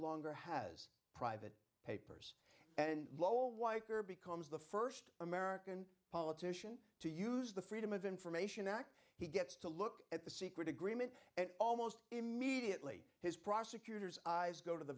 longer has private papers and lowell weicker becomes the st american politician to use the freedom of information act he gets to look at the secret agreement and almost immediately his prosecutor's eyes go to the